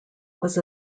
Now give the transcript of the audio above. was